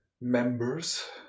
members